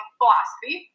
philosophy